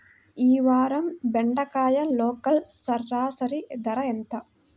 ఈ వారం బెండకాయ లోకల్ సరాసరి ధర ఎంత?